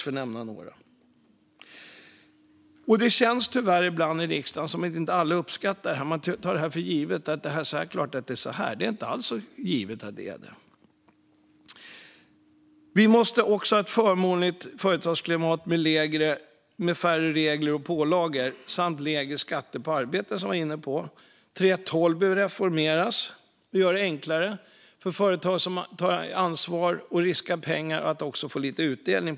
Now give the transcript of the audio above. Det känns ibland som att inte alla i riksdagen uppskattar dessa personer. Man tar allt för givet och tänker att det är klart att det är så här, men det är inte alls så givet. Vi måste också ha ett förmånligt företagsklimat med färre regler och pålagor samt lägre skatter på arbete. Jag var inne på detta tidigare. 3:12 behöver reformeras. Vi måste göra det enklare för företag som tar ansvar och riskerar pengar att också få lite utdelning.